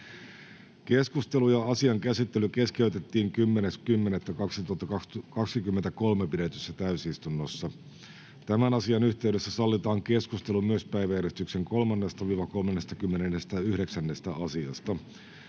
Keskustelu ja asian käsittely keskeytettiin 10.10.2023 pidetyssä täysistunnossa. Tämän asian yhteydessä sallitaan keskustelu myös päiväjärjestyksen 3.—39. asiasta.